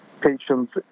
patients